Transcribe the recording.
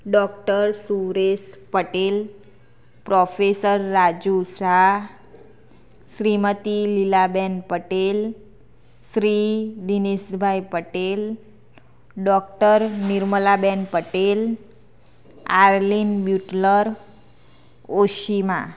doctor Suresh Patel professor Raju Shah Shrimati Lilaben Patel Shri Dinesh bhai Patel doctor Nirmala ben Patel Arleen Mutler Oshima